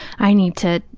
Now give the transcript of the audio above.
i need to,